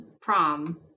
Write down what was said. Prom